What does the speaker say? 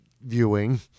viewing